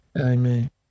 Amen